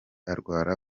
arwara